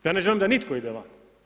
Ja ne želim da nitko ide van.